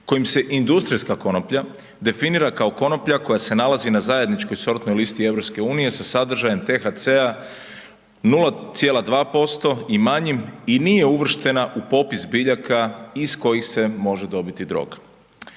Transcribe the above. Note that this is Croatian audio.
kojim se industrijska konoplja definira kao konoplja koja se nalazi na zajedničkoj sortnoj listi EU sa sadržajem THC-a 0,2% i manjim i nije uvrštena u popis biljaka iz kojih se može dobiti droga.